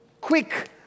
quick